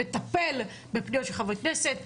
מטפל בפניות של חברי כנסת,